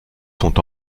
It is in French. sont